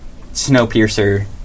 Snowpiercer